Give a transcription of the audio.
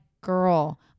girl